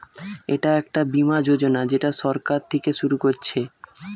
এটা একটা বীমা যোজনা যেটা সরকার থিকে শুরু করছে